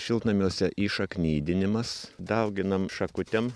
šiltnamiuose įšaknydinimas dauginam šakutėm